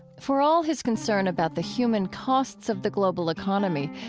for all his concern about the human costs of the global economy,